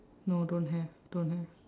no don't have don't have